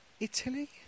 Italy